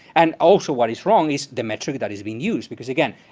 and also what is wrong is the metric that is being used. because again,